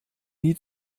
nie